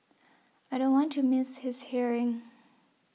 I don't want to miss his hearing